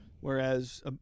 whereas